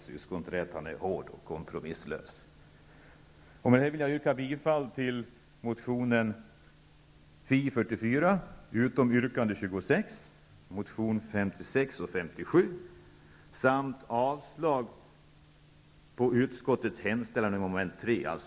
Syskonträtan är hård och kompromisslös.